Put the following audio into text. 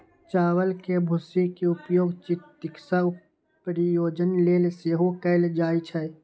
चावल के भूसी के उपयोग चिकित्सा प्रयोजन लेल सेहो कैल जाइ छै